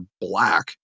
black